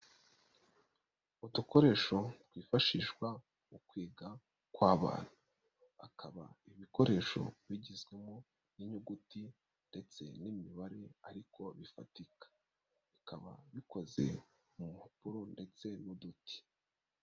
Udukoresho twifashishwa mu kwiga kw'abana, akaba ibikoresho bigizwemo n'inyuguti ndetse n'imibare ariko bifatika, bikaba bikoze mu mpapuro ndetse n'uduti.